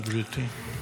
בבקשה, גברתי.